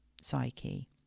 psyche